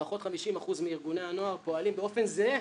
לפחות 50% מארגוני הנוער פועלים באופן זהה